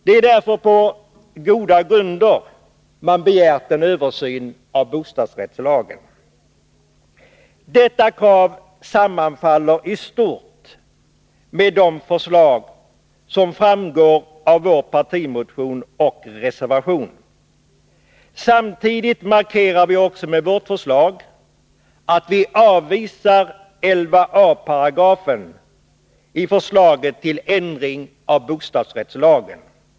Det är därför på goda grunder man begärt en översyn av bostadsrättslagen. Detta krav sammanfaller i stort med de förslag som finns i vår partimotion och reservation. Samtidigt markerar vi också med vårt förslag att vi avvisar 11 a § i förslaget till ändring av bostadsrättslagen.